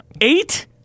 eight